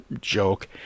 joke